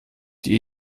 die